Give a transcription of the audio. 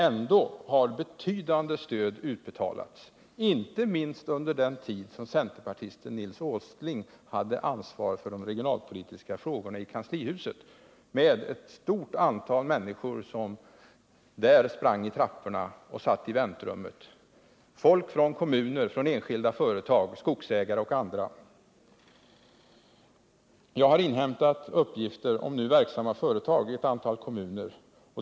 Ändå har betydande stöd utbetalats, inte minst under den tid som centerpartisten Nils Åsling hade ansvaret för de regionalpolitiska frågorna i kanslihuset. Det var ett stort antal människor som sprang i trapporna och satt i väntrummet där — folk från kommuner, från enskilda företag, skogsägare och andra. Jag har inhämtat uppgifter om nu verksamma företag i ett antal kommuner.